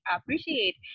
appreciate